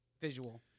visual